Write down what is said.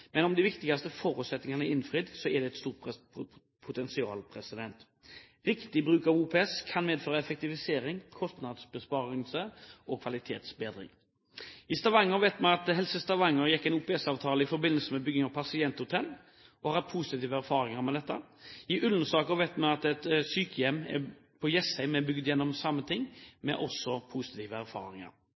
men om de viktigste forutsetningene er innfridd, er det et stort potensial. Riktig bruk av OPS kan medføre effektivisering, kostnadsbesparelse og kvalitetsbedring. I Stavanger vet vi at Helse Stavanger inngikk en OPS-avtale i forbindelse med bygging av pasienthotell, og har positive erfaringer med dette. I Ullensaker vet vi at et sykehjem på Jessheim er bygd gjennom det samme, også med positive erfaringer.